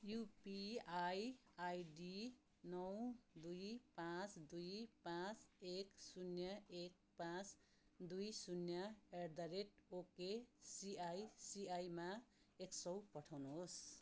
UPI ID नौ दुई पाँच दुई पाँच एक शून्य एक पाँच दुई शून्य एट द रेट ओकेसिआइसिआइमा एक सौ पठाउनुहोस्